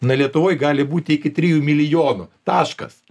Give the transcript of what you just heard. na lietuvoj gali būti iki trijų milijonų taškas